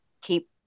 keep